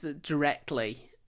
directly